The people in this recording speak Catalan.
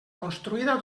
construïda